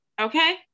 Okay